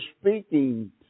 speaking